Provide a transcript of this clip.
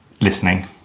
listening